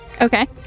Okay